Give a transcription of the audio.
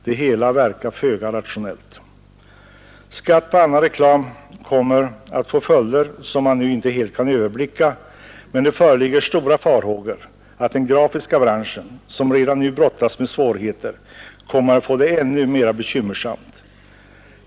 Det hela verkar föga rationellt. Skatt på annan reklam kommer att få följder som man nu inte helt kan överblicka. Många hyser dock stora farhågor för att den grafiska branschen, som redan nu brottas med svårigheter, kommer att få det ännu mer bekymmersamt.